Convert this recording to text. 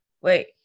Wait